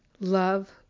love